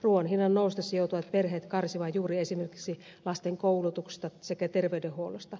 ruuan hinnan noustessa joutuvat perheet karsimaan juuri esimerkiksi lasten koulutuksesta sekä terveydenhuollosta